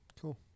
Cool